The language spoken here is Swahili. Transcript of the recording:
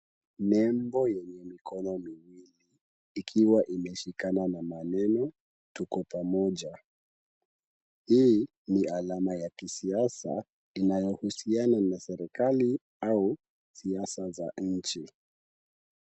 Nembo yenye mikono miwili ikiwa imeshikana na maneno tuko pamoja. Hii ni alama ya kisiasa inayohusiana na serikali au siasa za nchi.